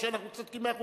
שאנחנו צודקים במאה אחוז.